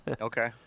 Okay